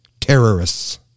Terrorists